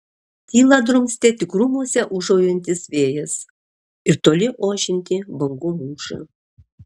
tylą drumstė tik krūmuose ūžaujantis vėjas ir toli ošianti bangų mūša